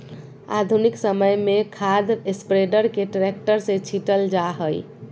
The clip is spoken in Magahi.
आधुनिक समय में खाद स्प्रेडर के ट्रैक्टर से छिटल जा हई